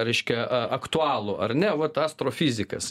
reiškia aktualų ar ne vat astrofizikas